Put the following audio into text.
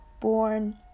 born